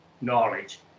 knowledge